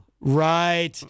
Right